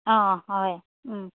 অঁ হয়